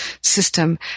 system